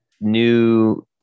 new